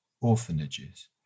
orphanages